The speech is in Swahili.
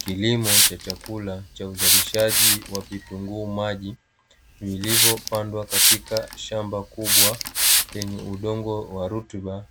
Kilimo cha chakula cha uzalishaji wa vitunguu maji, vilivyopandwa katika shamba kubwa lenye udongo wa rutuba.